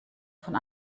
von